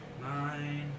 Nine